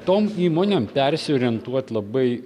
tom įmonėm persiorientuot labai